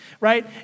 right